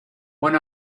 when